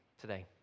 today